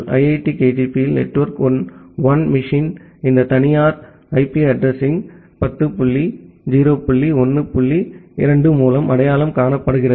IIT கேஜிபியில் network one machine இந்த தனியார் IP addressing 10 dot 0 dot 1 dot 2 மூலம் அடையாளம் காணப்படுகிறது